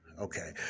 okay